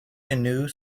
canoe